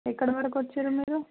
ఎక్కడ వరకు వచ్చినారు మీరూ